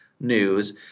news